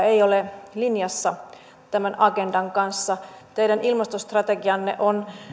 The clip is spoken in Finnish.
ei ole linjassa tämän agendan kanssa teidän ilmastostrategianne on